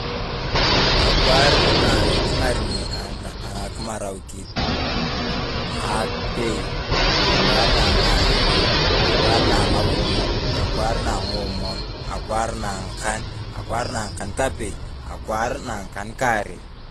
Akwaar na eking'aren ana kimaar awikit. Apei, akwaar na ang’erei, akwaar na ang’auni, akwaar na ang’akankapei, akwaar na ang'a kankarei.